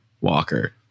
walker